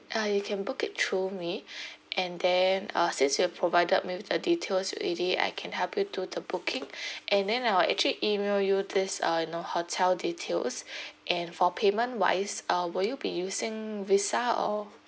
uh you can book it through me and then uh since you have provided me with the details already I can help you do the booking and then I will actually email you this uh you know hotel details and for payment wise uh will you be using visa or